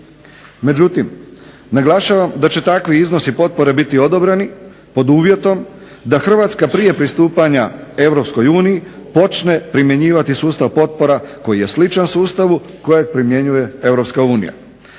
Međutim, naglašavam da će takvi iznosi potpore biti odobreni pod uvjetom da Hrvatska prije pristupanja EU počne primjenjivati sustav potpora koji je sličan sustavu kojeg primjenjuje EU.